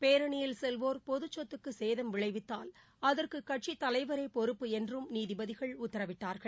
பேரணியில் செல்வோர் பொதுச்சொத்துக்கு சேதம் விளைவித்தால் அகுற்கு கட்சித் தலைவரே பொறுப்பு என்றும் நீதிபதிகள் உத்தரவிட்டார்கள்